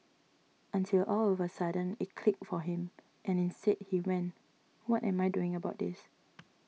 until all of a sudden it clicked for him and instead he went what am I doing about this